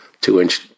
two-inch